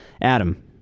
Adam